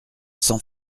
cent